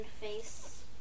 face